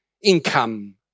income